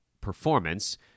performance